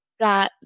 got